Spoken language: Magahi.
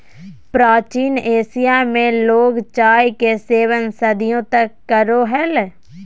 प्राचीन एशिया में लोग चाय के सेवन सदियों तक करो हलय